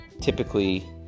typically